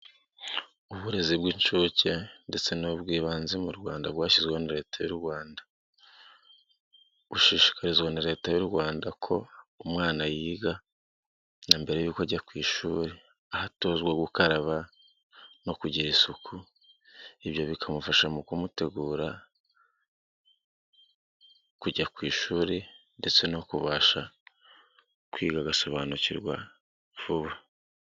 Uburezi bw'incuke ndetse n'ubw'ibanze mu rwanda bwashyizweho na leta y'u Rwanda, bushishikarizwa na leta y'u Rwanda ko umwana yiga na mbere y'uko ajya ku ishuri ahatozwa gukaraba no kugira isuku ibyo bikamufasha mu kumutegura kujya ku ishuri ndetse no kubasha kwiga agasobanukirwa vuba.